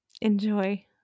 Enjoy